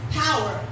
power